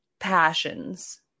passions